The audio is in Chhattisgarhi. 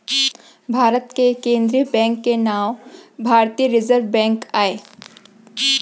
भारत के केंद्रीय बेंक के नांव भारतीय रिजर्व बेंक आय